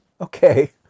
Okay